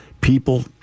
people